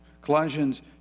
Colossians